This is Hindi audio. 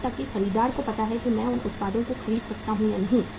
यहां तक कि खरीदार को पता है कि मैं इन उत्पादों को खरीद सकता हूं या नहीं